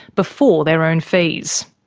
before their own fees.